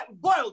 boiled